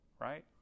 right